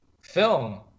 film